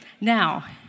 now